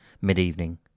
Mid-evening